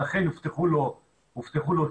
ואכן הובטחו לו תקנים,